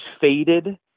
faded